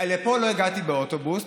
לפה לא הגעתי באוטובוס,